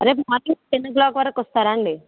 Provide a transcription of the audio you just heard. రేపు morning ten o'clock వరకు వస్తారా అండి